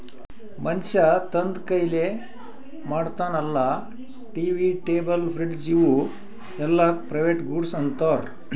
ಮನ್ಶ್ಯಾ ತಂದ್ ಕೈಲೆ ಮಾಡ್ತಾನ ಅಲ್ಲಾ ಟಿ.ವಿ, ಟೇಬಲ್, ಫ್ರಿಡ್ಜ್ ಇವೂ ಎಲ್ಲಾಕ್ ಪ್ರೈವೇಟ್ ಗೂಡ್ಸ್ ಅಂತಾರ್